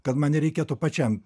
kad man nereikėtų pačiam